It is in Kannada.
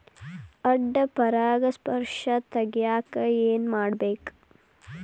ಅಡ್ಡ ಪರಾಗಸ್ಪರ್ಶ ತಡ್ಯಾಕ ಏನ್ ಮಾಡ್ಬೇಕ್?